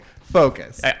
focus